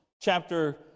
chapter